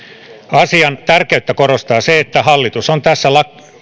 asian tärkeyttä korostaa se että